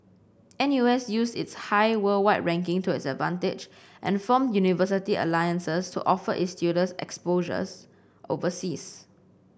NU S used its high worldwide ranking to its advantage and formed university alliances to offer its students exposure overseas